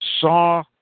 saw